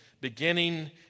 beginning